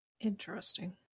Interesting